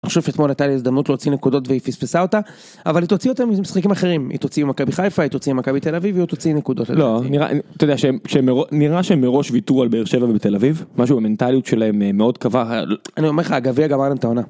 תחשוב אתמןל הייתה להם הזדמנות להוציא נקודות והיא פספסה אותה אבל היא תוציא אותה משחקים אחרים היא תוציא מכבי חיפה היא תוציא מכבי תל אביב היא תוציא נקודות לא נראה נראה שנראה שהם מראש ויתרו על באר שבע ובתל אביב משהו המנטליות שלהם מאוד קבע אני אומר לך הגביע גמר להם את העונה.